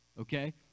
okay